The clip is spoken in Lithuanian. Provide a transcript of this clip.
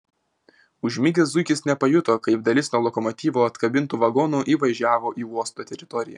užmigęs zuikis nepajuto kaip dalis nuo lokomotyvo atkabintų vagonų įvažiavo į uosto teritoriją